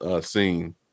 scene